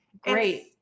great